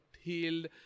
healed